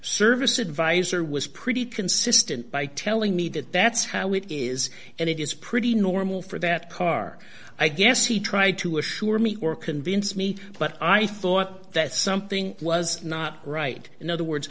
service advisor was pretty consistent by telling me that that's how it is and it is pretty normal for that car i guess he tried to assure me or convince me but i thought that something was not right in other words